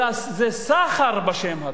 אלא זה סחר בשם הטוב.